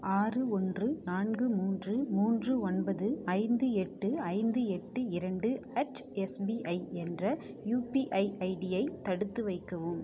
ஆறு ஓன்று நான்கு மூன்று மூன்று ஒன்பது ஐந்து எட்டு ஐந்து எட்டு இரண்டு அட் எஸ்பிஐ என்ற யுபிஐ ஐடியை தடுத்து வைக்கவும்